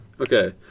Okay